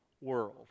world